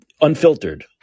Unfiltered